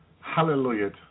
hallelujah